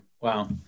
Wow